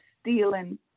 stealing